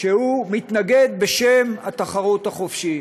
והוא מתנגד בשם התחרות החופשית.